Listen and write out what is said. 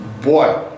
boy